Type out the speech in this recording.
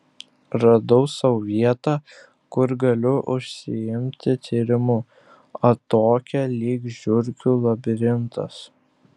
radau sau vietą kur galiu užsiimti tyrimu atokią lyg žiurkių labirintas